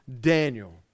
Daniel